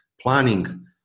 planning